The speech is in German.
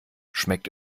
schmeckt